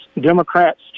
Democrats